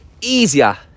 easier